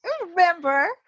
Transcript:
remember